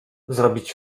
zrobić